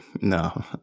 no